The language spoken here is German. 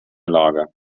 lage